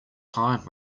time